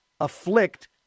afflict